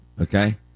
okay